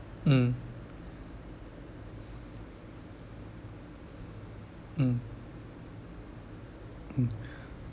mm mm mm